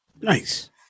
Nice